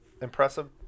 impressive